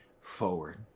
forward